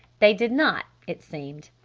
they did not, it seemed.